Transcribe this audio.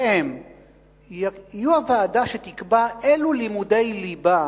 והם יהיו הוועדה שתקבע אילו לימודי ליבה,